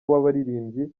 w’abaririmbyi